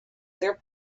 their